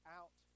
out